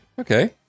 Okay